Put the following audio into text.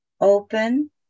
Open